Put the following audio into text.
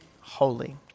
holy